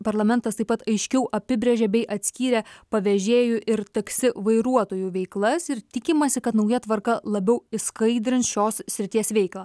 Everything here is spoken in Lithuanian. parlamentas taip pat aiškiau apibrėžė bei atskyrė pavežėjų ir taksi vairuotojų veiklas ir tikimasi kad nauja tvarka labiau išskaidrins šios srities veiklą